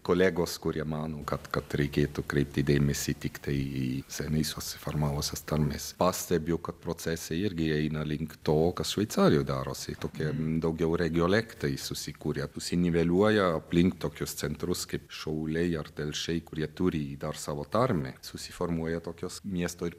kolegos kurie mano kad kad reikėtų kreipti dėmesį tiktai į seniai susiformavusias tarmes pastebiu kad procesai irgi eina link to kas šveicarijoj darosi tokiems daugiau regijolektai susikurę susiniveliuoja aplink tokius centrus kaip šauliai ar telšiai kurie turi ydą ar savo tarme susiformuoja tokios miesto ir